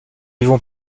vivons